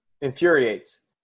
Infuriates